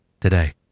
today